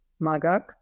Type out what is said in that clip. Magak